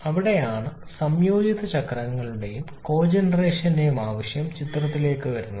അവിടെയാണ് സംയോജിത ചക്രങ്ങളുടെയും കോജെനറേഷന്റെയും ആശയം ചിത്രത്തിലേക്ക് വരുന്നു